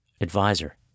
Advisor